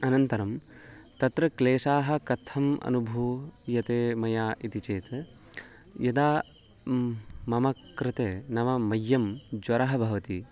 अनन्तरं तत्र क्लेशाः कथम् अनुभूयन्ते मया इति चेत् यदा मम कृते नाम मह्यं ज्वरः भवति